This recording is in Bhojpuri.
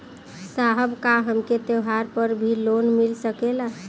साहब का हमके त्योहार पर भी लों मिल सकेला?